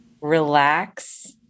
relax